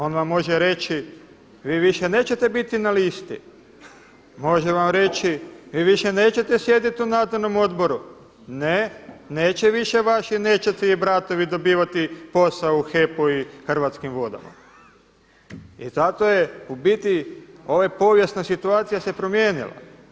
On vam može reći, vi više nećete biti na listi, može vam reći vi više nećete sjediti u nadzornom odboru, ne neće više vaši nećaci i bratovi dobivati posao u HEP-u i Hrvatskim vodama i zato je u biti ova povijesna situacija se promijenila.